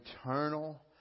eternal